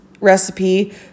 recipe